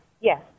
Yes